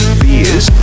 beers